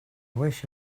wish